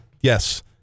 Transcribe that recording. Yes